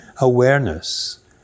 Awareness